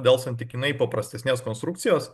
dėl santykinai paprastesnės konstrukcijos